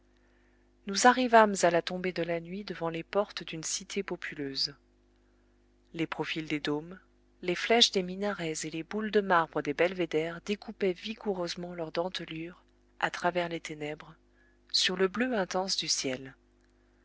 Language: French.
nous arrivâmes à la tombée de la nuit devant les portes d'une cité populeuse les profils des dômes les flèches des minarets et les boules de marbre des belvédères découpaient vigoureusement leurs dentelures à travers les ténèbres sur le bleu intense du ciel